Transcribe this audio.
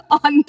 on